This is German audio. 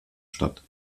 statt